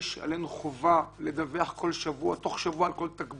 יש עלינו חובה לדווח תוך שבוע על כל תקבול.